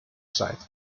site